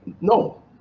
No